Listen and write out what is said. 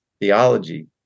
theology